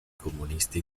comunisti